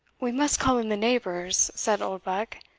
we must call in the neighbours, said oldbuck,